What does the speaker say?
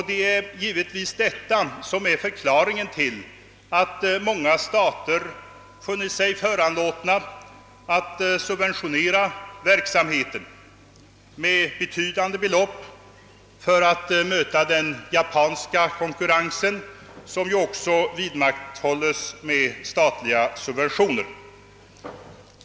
Det är givetvis detta som är förklaringen till att många stater funnit sig föranlåtna att subventionera verksamheten med betydande belopp för att möta den japanska konkurrensen, som ju också vidmakthålles med statliga subventioner.